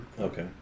Okay